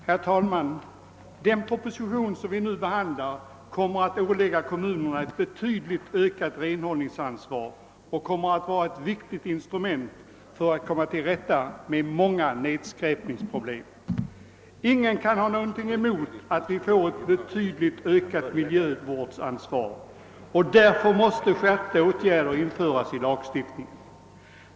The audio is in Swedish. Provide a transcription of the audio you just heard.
Herr talman! Ett bifall till den proposition som vi nu behandlar kommer att leda till att kommunerna åläggs ett betydligt ökat renhållningsansvar, vilket blir ett viktigt instrument när det gäller att komma till rätta med många nedskräpningsproblem. Ingen kan ha någonting emot att vi får ett större miljövårdsansvar och att skärpta bestämmelser därför måste införas i lagstiftningen.